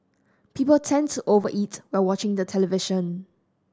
people tend to over eat while watching the television